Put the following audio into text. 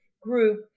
group